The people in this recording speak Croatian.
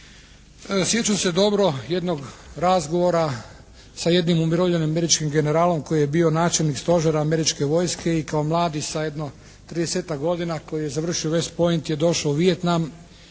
Sjećam se dobro jednog razgovora sa jednim umirovljenim američkim generalom koji je bio načelnik stožera američke vojske i kao mlad sa jedno tridesetak godina koji je završio West Point je došao u Vietnam